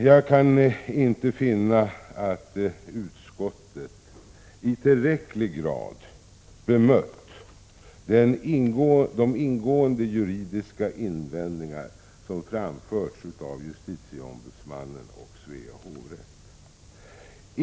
Jag kan inte finna att utskottet i tillräcklig grad har bemött de ingående juridiska invändningar som framförts av JO och Svea hovrätt.